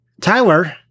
Tyler